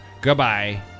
goodbye